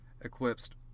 eclipsed